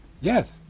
Yes